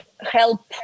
help